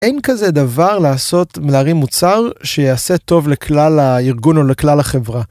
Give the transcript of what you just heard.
אין כזה דבר לעשות להרים מוצר שיעשה טוב לכלל הארגון או לכלל החברה.